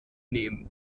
nehmen